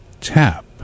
Tap